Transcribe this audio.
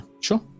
Sure